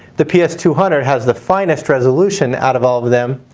the ps two hundred has the finest resolution out of all of of them.